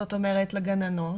זאת אומרת לגננות,